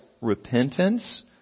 repentance